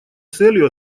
целью